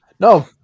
No